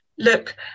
look